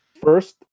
first